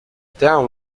town